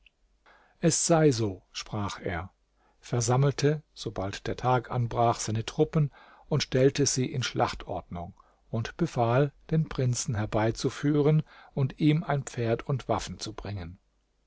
es sei so sprach er versammelte sobald der tag anbrach seine truppen und stellte sie in schlachtordnung und befahl den prinzen herbeizuführen und ihm ein pferd und waffen zu bringen